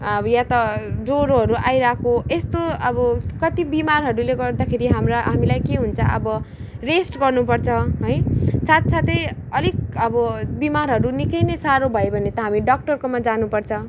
अब या त ज्वरोहरू आइरहेको यस्तो अब कति बिमारहरूले गर्दाखेरि हाम्रा हामीलाई के हुन्छ अब रेस्ट गर्न पर्छ है साथ साथै अलिक अब बिमारहरू निकै नै साह्रो भयो भने त हामी डक्टरकोमा जानु पर्छ